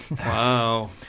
wow